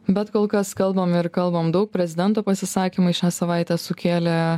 bet kol kas kalbam ir kalbam daug prezidento pasisakymai šią savaitę sukėlė